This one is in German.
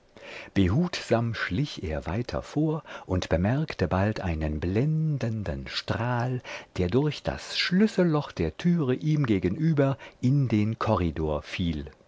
behutsam schlich er weiter vor und bemerkte bald einen blendenden strahl der durch das schlüsselloch der türe ihm gegenüber in den korridor fiel